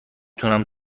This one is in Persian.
تونم